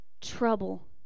trouble